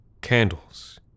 candles